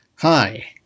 Hi